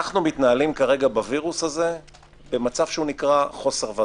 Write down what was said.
אנחנו מתנהלים כרגע בווירוס הזה במצב שנקרא חוסר ודאות.